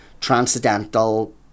transcendental